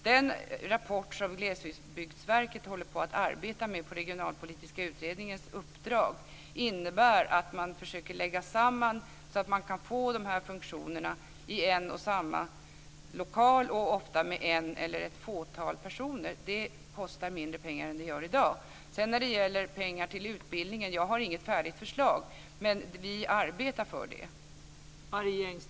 Den rapport som Glesbygdsverket arbetar med på den regionalpolitiska utredningens uppdrag innebär att man försöker lägga samman så att man kan få de här funktionerna i en och samma lokal och ofta med en eller ett fåtal personer. Det kostar mindre pengar än det gör i dag. Jag har inget färdigt förslag när det gäller pengar till utbildningen, men vi arbetar för det.